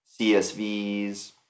CSVs